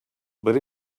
but